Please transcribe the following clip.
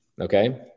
Okay